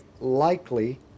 likely